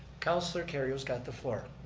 councilor kerrio's got the floor.